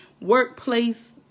workplace